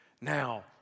now